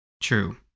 True